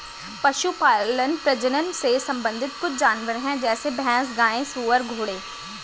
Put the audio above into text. पशुपालन प्रजनन से संबंधित कुछ जानवर है जैसे भैंस, गाय, सुअर, घोड़े